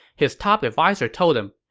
his top adviser told him,